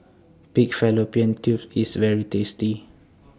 Pig Fallopian Tubes IS very tasty